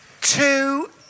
two